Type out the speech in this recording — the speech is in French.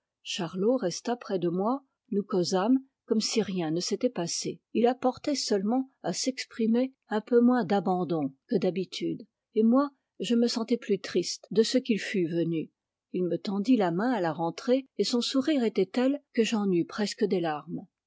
charlot resta près de moi nous causâmes comme si rien ne s'était passé il apportait seulement à s'exprimer un peu moins d'abandon que d'habitude et moi je me sentais plus triste de ce qu'il fût venu il me tendit la main à la rentrée et son sourire était tel que j'en eus presque des larmes